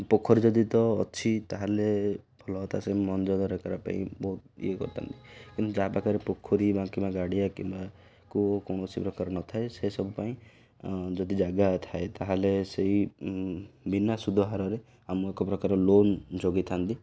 ପୋଖରୀ ଯଦି ତ ଅଛି ତାହେଲେ ଭଲ କଥା ସେ ମଞ୍ଜ ଦରକାର ପାଇଁ ବହୁତ ଇଏ କରିଥାନ୍ତି କିନ୍ତୁ ଯାହା ପାଖରେ ପୋଖରୀ ବା କିମ୍ବା ଗାଡ଼ିଆ କିମ୍ବାକୁ କୌଣସି ପ୍ରକାର ନଥାଏ ସେସବୁ ପାଇଁ ଯଦି ଜାଗା ଥାଏ ତାହେଲେ ସେଇ ବିନା ସୁଧ ହାରରେ ଆମକୁ ଏକ ପ୍ରକାର ଲୋନ୍ ଯୋଗେଇଥାନ୍ତି